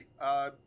right